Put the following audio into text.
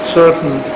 certain